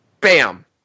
Bam